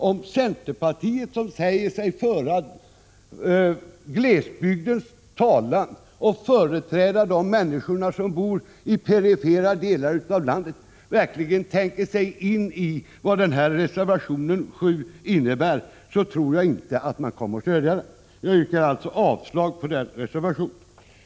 Om centerpartiet, som säger sig föra glesbygdens talan och företräda de människor som bor i perifera delar av landet, verkligen tänker sigini vad reservation 7 innebär, tror jag inte att man kommer att stödja den. Jag yrkar alltså avslag på den reservationen.